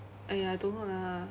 !aiya! I don't know lah